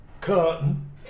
curtain